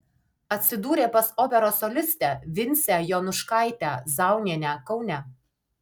atsidūrė pas operos solistę vincę jonuškaitę zaunienę kaune